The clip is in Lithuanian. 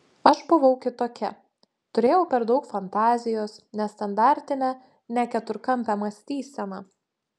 aš buvau kitokia turėjau per daug fantazijos nestandartinę ne keturkampę mąstyseną